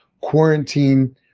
quarantine